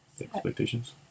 Expectations